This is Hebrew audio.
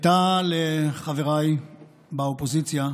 הייתה לחבריי באופוזיציה,